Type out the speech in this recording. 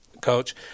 Coach